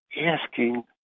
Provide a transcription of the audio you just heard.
asking